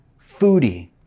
foodie